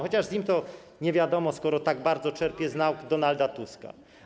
Chociaż z nim to nie wiadomo, skoro tak bardzo czerpie z nauk Donalda Tuska.